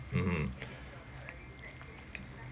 mmhmm